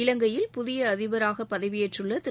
இலங்கையில் புதிய அதிபராக பதவியேற்றுள்ள திரு